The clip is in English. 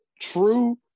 True